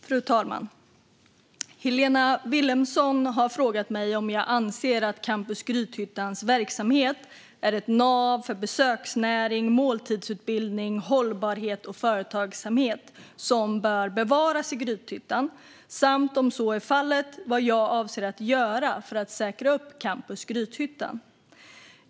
Fru talman! Helena Vilhelmsson har frågat mig om jag anser att Campus Grythyttans verksamhet är ett nav för besöksnäring, måltidsutbildning, hållbarhet och företagsamhet som bör bevaras i Grythyttan samt, om så är fallet, vad jag avser att göra för att säkra upp Campus Grythyttan.